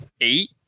eight